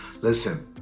Listen